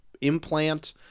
implant